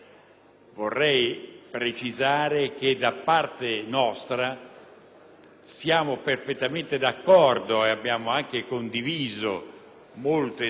siamo perfettamente d'accordo e abbiamo anche condiviso quasi interamente il testo